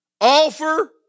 Offer